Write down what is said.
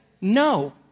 no